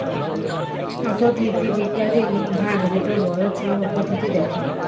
অথ্থলিতি বিজ্ঞালের ইক ভাগ যেট বড় ছব অথ্থলিতি দ্যাখে